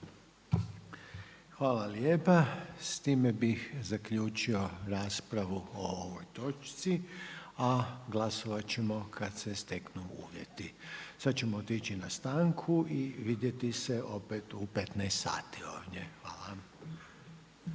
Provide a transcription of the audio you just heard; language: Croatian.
Hvala lijepa. S time bih zaključio raspravu o ovoj točci, a glasovat ćemo kada se steknu uvjeti. Sada ćemo otići na stanku i vidjeti se opet u 15,00 sati ovdje. Hvala.